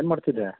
ಏನು ಮಾಡ್ತಿದ್ದೆ